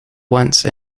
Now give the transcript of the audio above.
once